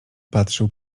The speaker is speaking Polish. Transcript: patrzył